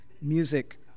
music